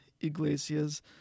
Iglesias